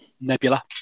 Nebula